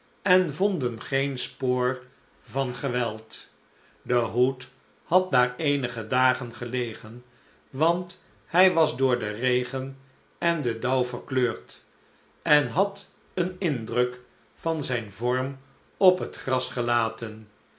en vonden geen spoor van geweld de hoed had daar eenige dagen gelegen want hij was door den regen en den dauw verkleurd en had een indruk van zijn vorm op het gras gelaten